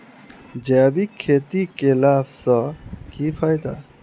जैविक खेती केला सऽ की फायदा?